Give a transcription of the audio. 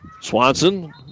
Swanson